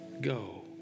Go